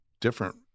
different